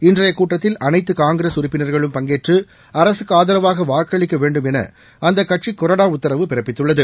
இன்றைய கூட்டத்தில் அனைத்து காங்கிரஸ் உறுப்பினர்களும் பங்கேற்று அரசுக்கு ஆதரவாக வாக்களிக்க வேண்டும் என அந்த கட்சி கொறடா உத்தரவு பிறப்பித்துள்ளது